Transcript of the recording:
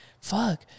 Fuck